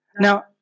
Now